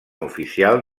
oficial